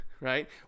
right